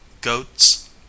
goats